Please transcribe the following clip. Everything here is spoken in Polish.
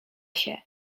się